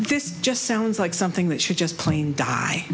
this just sounds like something that should just plain die